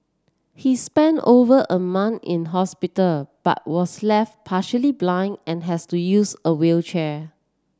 he spent over a month in hospital but was left partially blind and has to use a wheelchair